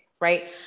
Right